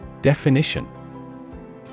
Definition